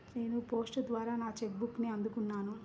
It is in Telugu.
నేను పోస్ట్ ద్వారా నా చెక్ బుక్ని అందుకున్నాను